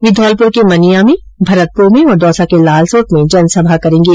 वे धौलपुर के मनिया में भरतपुर में और दौसा के लालसोट में जनसभा करेंगे